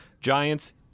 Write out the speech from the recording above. Giants